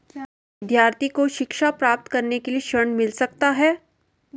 क्या विद्यार्थी को शिक्षा प्राप्त करने के लिए ऋण मिल सकता है?